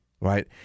right